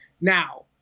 Now